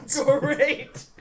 Great